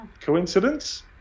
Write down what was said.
Coincidence